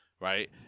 Right